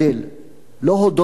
לא הודות לממשלה,